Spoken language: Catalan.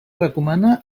recomana